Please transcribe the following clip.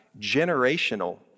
generational